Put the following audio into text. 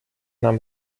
nahm